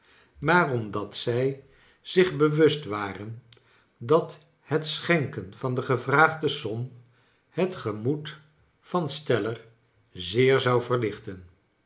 maar omdat zij zich bewust waren dat het schenken van de gevraagde som het gemoed van steller zeer zou verlichten